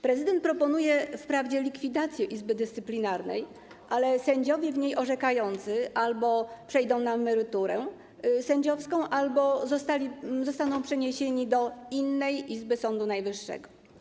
Prezydent proponuje wprawdzie likwidację Izby Dyscyplinarnej, ale sędziowie w niej orzekający albo przejdą na emeryturę sędziowską, albo zostaną przeniesieni do innej izby Sądu Najwyższego.